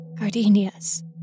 Gardenias